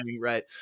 Right